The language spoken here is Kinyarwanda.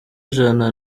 ijana